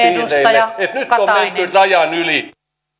tutkijapiireille siinä että nyt on menty rajan yli